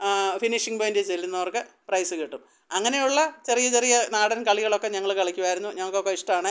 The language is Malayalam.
ഫിനിഷിങ്ങ് പോയിൻ്റിൽ ചെല്ലുന്നവർക്ക് പ്രൈസ് കിട്ടും അങ്ങനെ ഉള്ള ചെറിയ ചെറിയ നാടൻ കളികളൊക്കെ ഞങ്ങൾ കളിക്കുമായിരുന്നു ഞങ്ങൾക്കൊക്കെ ഇഷ്ടമാണ്